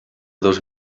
dos